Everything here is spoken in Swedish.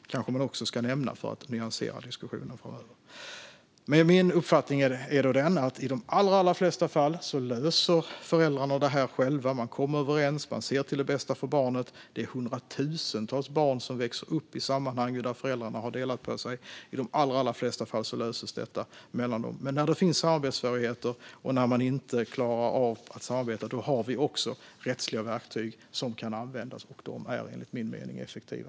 Det kanske man också ska nämna för att nyansera diskussionen framöver. Min uppfattning är att föräldrarna i de allra flesta fall löser detta själva. De kommer överens och ser till barnets bästa. Det är hundratusentals barn som växer upp i sammanhang där föräldrarna har separerat. I de allra flesta fall löses detta mellan dem. Men när det finns samarbetssvårigheter och när föräldrarna inte klarar av att samarbeta har vi också rättsliga verktyg som kan användas, och de är enligt min mening effektiva.